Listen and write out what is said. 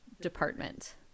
department